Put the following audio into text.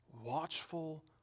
watchful